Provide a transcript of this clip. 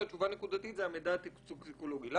זה המידע הטוקסיקולוגי.